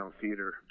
theater